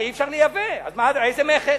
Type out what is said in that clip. חמורים וסוסים הרי אי-אפשר לייבא, אז איזה מכס?